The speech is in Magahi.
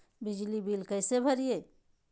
बिजली बिल कैसे भरिए?